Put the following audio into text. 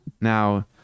Now